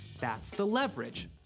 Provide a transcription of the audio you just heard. that's the leverage.